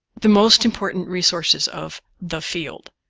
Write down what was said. the most important resources of the field.